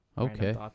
Okay